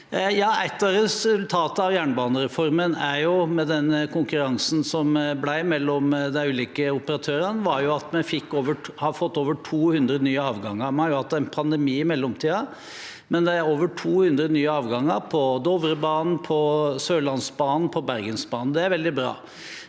mellom de ulike operatørene, var at vi har fått over 200 nye avganger. Vi har hatt en pandemi i mellomtiden, men det er over 200 nye avganger på Dovrebanen, på Sørlandsbanen og på Bergensbanen. Det er veldig bra.